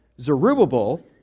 Zerubbabel